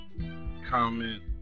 comment